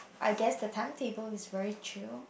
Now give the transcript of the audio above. I guess the timetable is very chill